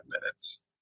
minutes